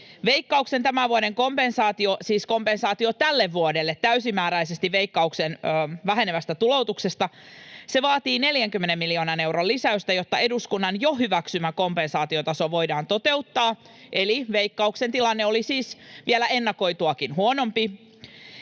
Veikkauksen tämän vuoden kompensaatio — siis kompensaatio tälle vuodelle täysimääräisesti Veikkauksen vähenevästä tuloutuksesta — vaatii 40 miljoonan euron lisäystä, jotta eduskunnan jo hyväksymä kompensaatiotaso voidaan toteuttaa, eli Veikkauksen tilanne oli siis vielä ennakoituakin huonompi.